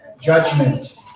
judgment